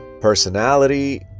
personality